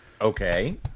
Okay